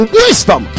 wisdom